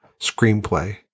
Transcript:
screenplay